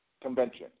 convention